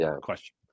question